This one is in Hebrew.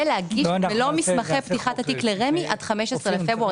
ולהגיש את מלוא מסמכי התיק לרמ"י עד 15 בפברואר